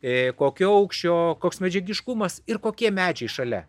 kokio aukščio koks medžiagiškumas ir kokie medžiai šalia